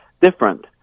different